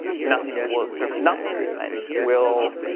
nothing will serve, nothing will